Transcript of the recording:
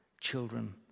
children